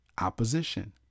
opposition